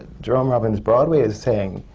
jerome robbins' broadway is saying,